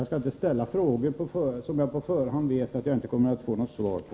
Jag skall inte ställa några frågor som jag på förhand vet att jag inte kommer att få något svar på.